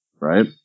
Right